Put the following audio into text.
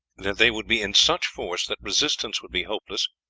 that they would be in such force that resistance would be hopeless,